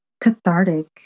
cathartic